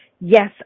Yes